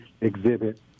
exhibit